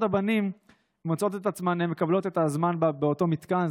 הבנים מוצאות את עצמן מקבלות את הזמן באותו מתקן,